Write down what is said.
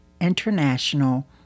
International